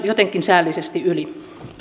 jotenkin säällisesti yli